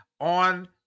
on